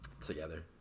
together